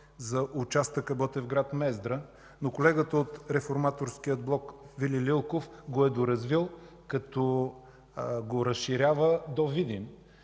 за участъка Ботевград – Мездра, но колегата от Реформаторския блок Вили Лилков го е доразвил, като го разширява до Видин.